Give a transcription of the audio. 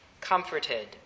comforted